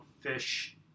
Fish